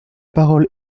parole